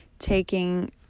taking